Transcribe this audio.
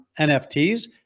NFTs